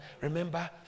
Remember